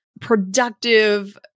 productive